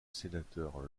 sénateur